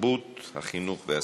התרבות והספורט.